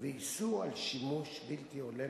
ואיסור שימוש בלתי הולם